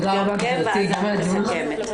ואז אני מסכמת.